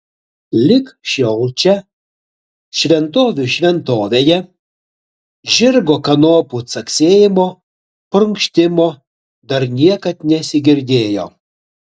lig šiol čia šventovių šventovėje žirgo kanopų caksėjimo prunkštimo dar niekad nesigirdėjo